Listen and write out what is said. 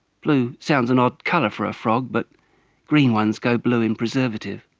blue sounds an odd colour for a frog but green ones go blue in preservative.